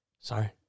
Sorry